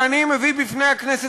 שאני מביא בפני הכנסת,